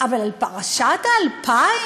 אבל פרשת ה-2000,